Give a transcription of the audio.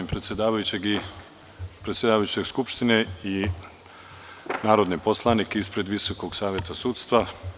Najpre da pozdravim predsedavajućeg Skupštine i narodne poslanike ispred Visokog saveta sudstva.